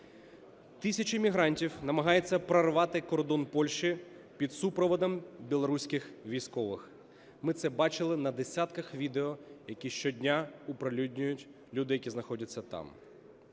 Тисячі мігрантів намагаються прорвати кордон Польщі під супроводом білоруських військових. Ми це бачили на десятках відео, які щодня оприлюднюють люди, які знаходяться там.